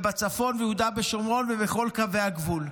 בצפון, ביהודה ושומרון ובכל קווי הגבול.